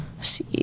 see